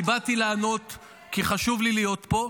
אני באתי לענות כי חשוב לי להיות פה,